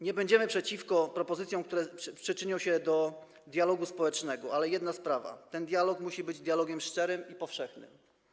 Nie będziemy przeciwko propozycjom, które przyczynią się do dialogu społecznego, ale pozostaje jedna sprawa: ten dialog musi być dialogiem szczerym i powszechnym.